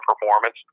performance